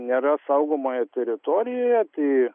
nėra saugomoje teritorijoje tai